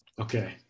Okay